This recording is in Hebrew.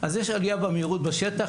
אז יש עלייה במהירות בשטח,